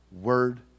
word